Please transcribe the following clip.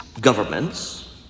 Governments